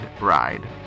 ride